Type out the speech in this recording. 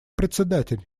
председатель